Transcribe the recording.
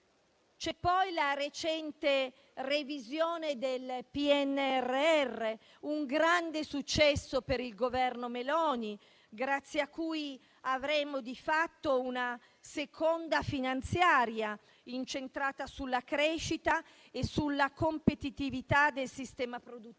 C'è poi la recente revisione del PNRR, un grande successo per il Governo Meloni, grazie a cui avremo di fatto una seconda manovra finanziaria incentrata sulla crescita e sulla competitività del sistema produttivo;